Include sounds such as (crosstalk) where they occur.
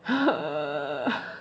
(breath) err